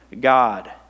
God